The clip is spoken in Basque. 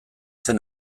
zen